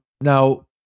Now